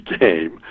game